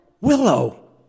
Willow